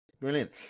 brilliant